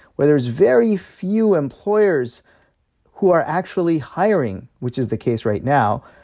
where there's very few employers who are actually hiring, which is the case right now,